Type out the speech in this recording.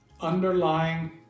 underlying